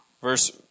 Verse